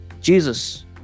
Jesus